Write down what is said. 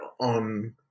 on